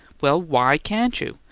well, why can't you?